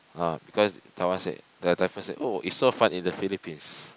ah because Taiwan said the typhoon said oh it's so fun in the Philippines